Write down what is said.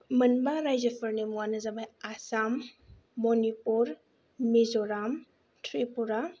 मोनबा रायजोफोरनि मुङानो जाबाय आसाम मणिपुर मिज'राम त्रिपुरा